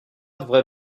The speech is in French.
devrait